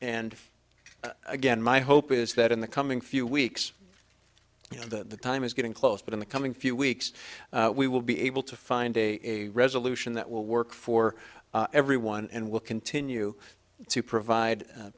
and again my hope is that in the coming few weeks you know the time is getting close but in the coming few weeks we will be able to find a resolution that will work for everyone and will continue to provide